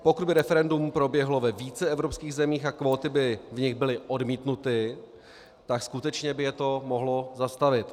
Pokud by referendum proběhlo ve více evropských zemích a kvóty by v nich byly odmítnuty, tak skutečně by je to mohlo zastavit.